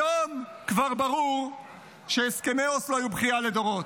היום כבר ברור שהסכמי אוסלו היו בכייה לדורות,